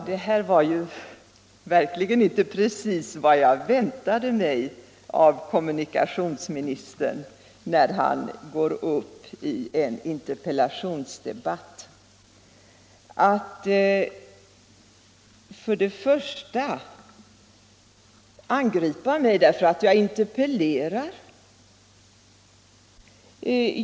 Herr talman! Det här var inte precis vad jag väntade mig av kommunikationsministern när han går upp i en interpellationsdebatt. Först angriper han mig därför att jag interpellerar.